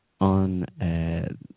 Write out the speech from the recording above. on